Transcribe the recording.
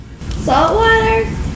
Saltwater